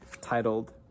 titled